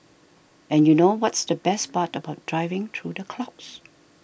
and you know what's the best part about driving through the clouds